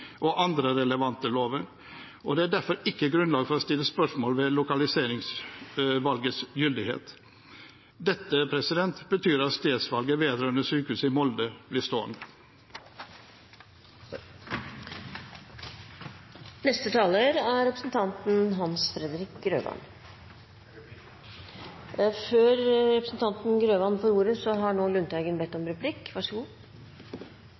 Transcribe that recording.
og andre relevante lover, og det er derfor ikke grunnlag for å stille spørsmål ved lokaliseringsvalgets gyldighet. Dette betyr at stedsvalget vedrørende sykehus i Molde blir stående. Det blir replikkordskifte. Jeg vil takke for et saklig innlegg fra representanten Thorheim, som vanlig. Representanten sa at man stilte seg fullt ut bak det som her har